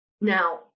Now